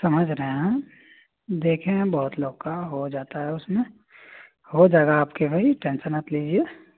समझ रहे हैं देखें हैं बहुत लोग का हो जाता है उसमें हो जायेगा आपके भाई टेन्सन मत लीजिये